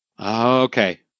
Okay